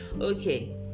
Okay